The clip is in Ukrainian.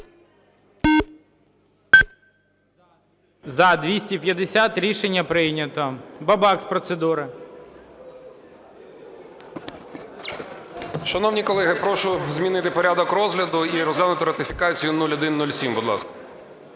За-250 Рішення прийнято. Бабак – з процедури. 14:24:55 БАБАК С.В. Шановні колеги, прошу змінити порядок розгляду і розглянути ратифікацію 0107, будь ласка.